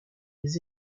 les